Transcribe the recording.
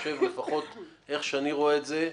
לפחות איך שאני רואה את זה,